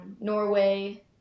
Norway